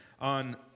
on